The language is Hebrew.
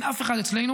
אין אף אחד אצלנו,